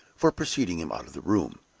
for preceding him out of the room.